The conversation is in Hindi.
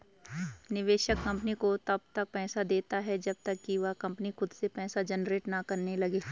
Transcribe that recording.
निवेशक कंपनी को तब तक पैसा देता है जब तक कि वह कंपनी खुद से पैसा जनरेट ना करने लगे